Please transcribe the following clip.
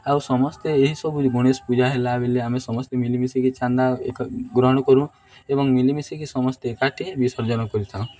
ଆଉ ସମସ୍ତେ ଏହି ସବୁ ଗଣେଶ ପୂଜା ହେଲାବେଳେ ଆମେ ସମସ୍ତେ ମିଳିମିଶିକି ଚାନ୍ଦା ଗ୍ରହଣ କରୁ ଏବଂ ମିଳିମିଶିକି ସମସ୍ତେ ଏକାଠି ବିସର୍ଜନ କରିଥାଉ